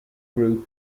group